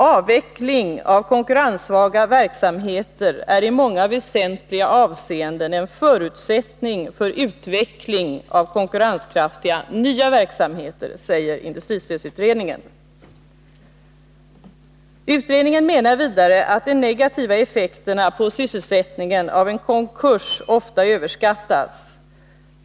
”Avveckling av konkurrenssvaga verksamheter är i många väsentliga avseenden en förutsättning för utveckling av konkurrenskraftiga nya verksamheter”, säger industristödsutredningen. Utredningen menar vidare att de negativa effekterna på sysselsättningen av en konkurs ofta överskattas.